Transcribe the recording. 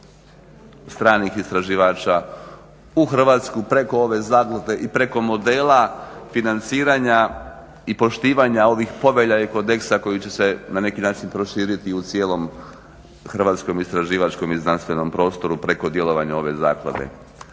u Hrvatsku, preko ove zaklade i preko modela financiranja i poštivanja ovih povelja i kodeksa koji će se na neki način proširiti u cijelom hrvatskom i istraživačkom i znanstvenom prostoru preko djelovanja ove zaklade.